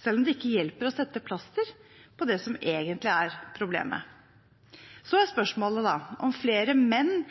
selv om det ikke hjelper å sette plaster på det som egentlig er problemet. Så er spørsmålet om flere menn